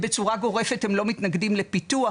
בצורה גורפת הם לא מתנגדים לפיתוח,